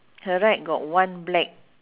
her right got one black